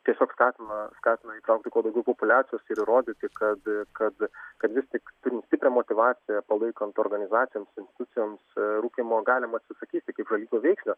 tiesiog skatino skatino įtraukti kuo daugiau populiacijos ir įrodyti kad kad kad vis tik turim tikrą motyvaciją palaikant organizacijoms institucijoms rūkymo galima atsisakyti kaip žalingo veiksnio